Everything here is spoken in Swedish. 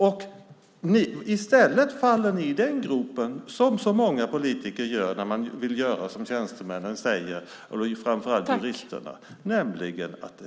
I stället faller ni i gropen och detaljreglerar, som så många politiker gör när de vill göra som tjänstemännen och framför allt juristerna säger.